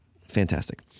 fantastic